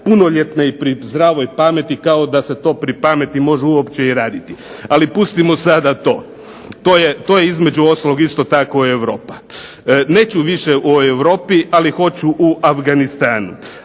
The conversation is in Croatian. punoljetne i pri zdravoj pameti, kao da se to pri pameti može uopće i raditi. Ali pustimo sada to. To je između ostalog isto tako Europa. Neću više o Europi ali hoću o Afganistanu.